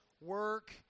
work